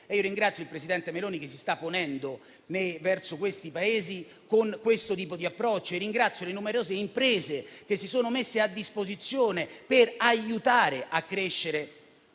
Ringrazio il presidente Meloni che si sta ponendo, verso quei Paesi, con questo tipo di approccio. E ringrazio le numerose imprese che si sono messe a disposizione per aiutare a far crescere